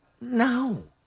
No